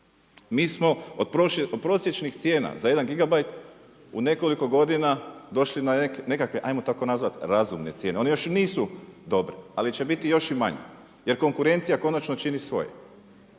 mi smo od prosječnih cijena za 1GB u nekoliko godina došli na nekakve ajmo to tako nazvati razumne cijene, one još nisu dobre ali će biti još i manje jer konkurencija konačno čini svoje.